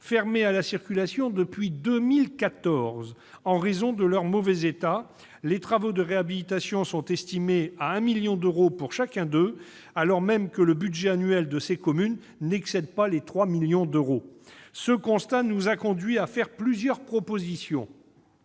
fermés à la circulation depuis 2014 en raison de leur mauvais état. Les travaux de réhabilitation sont estimés à 1 million d'euros pour chacun d'eux, alors même que le budget annuel de ces communes n'excède pas les 3 millions d'euros ... Ce constat nous a conduits à faire plusieurs propositions.